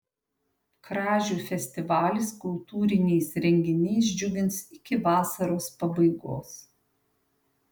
kražių festivalis kultūriniais renginiais džiugins iki vasaros pabaigos